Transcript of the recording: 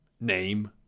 name